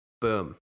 Boom